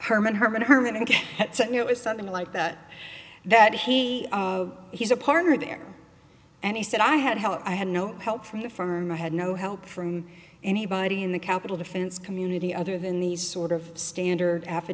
herman herman herman cain it was something like that that he of he's a partner there and he said i had help i had no help from the firm i had no help from anybody in the capital defense community other than these sort of standard